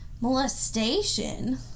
molestation